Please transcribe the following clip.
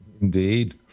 Indeed